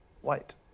white